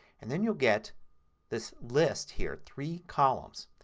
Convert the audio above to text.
and then you'll get this list here, three columns.